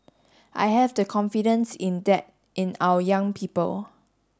I have the confidence in that in our young people